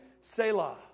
Selah